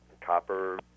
copper